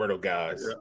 guys